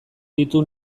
ditu